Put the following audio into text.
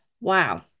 wow